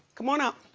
come on up.